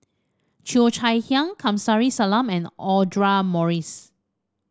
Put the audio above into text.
Cheo Chai Hiang Kamsari Salam and Audra Morrice